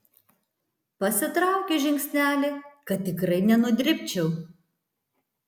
pasitraukiu žingsnelį kad tikrai nenudribčiau